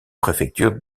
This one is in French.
préfecture